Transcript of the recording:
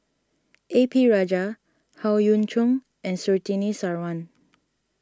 A P Rajah Howe Yoon Chong and Surtini Sarwan